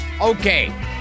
Okay